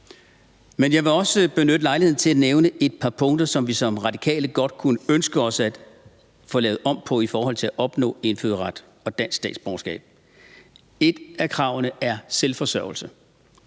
Men jeg vil også benytte lejligheden til at nævne et par punkter, som vi som Radikale godt kunne ønske os at få lavet om på i forhold til at opnå indfødsret, dansk statsborgerskab. Et af kravene er selvforsørgelse.